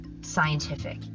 scientific